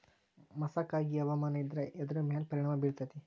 ಮಸಕಾಗಿ ಹವಾಮಾನ ಇದ್ರ ಎದ್ರ ಮೇಲೆ ಪರಿಣಾಮ ಬಿರತೇತಿ?